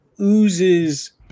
oozes